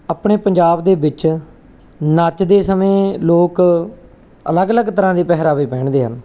ਆਪਣੇ ਪੰਜਾਬ ਦੇ ਵਿੱਚ ਨੱਚਦੇ ਸਮੇਂ ਲੋਕ ਅਲੱਗ ਅਲੱਗ ਤਰ੍ਹਾਂ ਦੇ ਪਹਿਰਾਵੇ ਪਹਿਨਦੇ ਹਨ